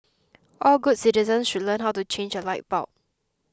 all good citizens should learn how to change a light bulb